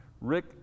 Rick